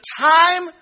time